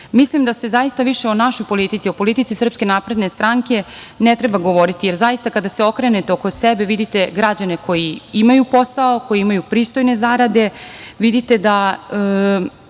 da zaista više o našoj politici, o politici SNS ne treba govoriti, jer zaista, kada se okrenete oko sebe, vidite građane koji imaju posao, koji imaju pristojne zarade, vidite da